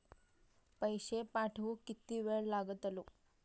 पैशे पाठवुक किती वेळ लागतलो?